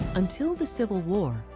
until the civil war,